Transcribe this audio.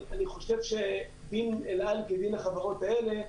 אני חושב שדין אל על כדין החברות האלה,